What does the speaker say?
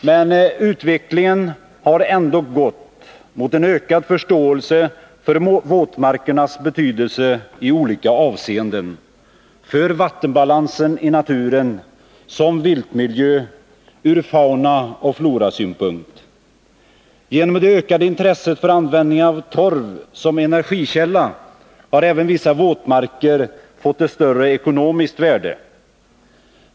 Men utvecklingen har ändock gått mot en ökad förståelse för våtmarkernas betydelse i olika avseenden — för vattenbalansen i naturen, som viltmiljö, ur faunaoch florasynpunkt. Genom det ökade intresset för användning av torv som energikälla har även vissa våtmarker fått ett större ekonomiskt värde.